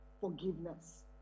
forgiveness